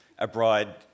abroad